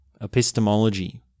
epistemology